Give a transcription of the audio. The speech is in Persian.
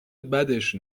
بدش